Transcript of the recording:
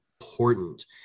important